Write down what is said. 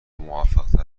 موفقتر